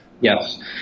Yes